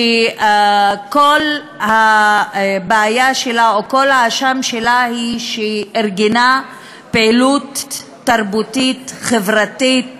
שכל הבעיה שלה או כל האשם שלה הוא שהיא ארגנה פעילות תרבותית חברתית